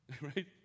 right